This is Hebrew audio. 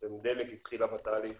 בעצם דלק התחילה בתהליך